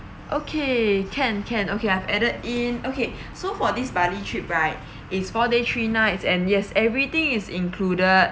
okay can can okay I've added in okay so for this bali trip right it's four days three nights and yes everything is included